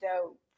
dope